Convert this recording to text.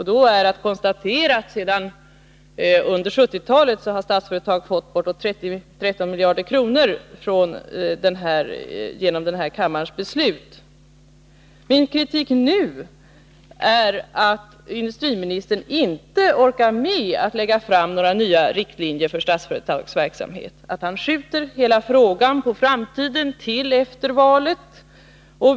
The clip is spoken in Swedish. Då är också att konstatera att Statsföretag under 1970-talet har fått bortåt 13 miljarder kronor genom beslut här i kammaren. Min kritik nu går ut på att industriministern inte orkar med att lägga fram några nya riktlinjer för Statsföretags verksamhet, att han skjuter hela frågan på framtiden, till efter valet.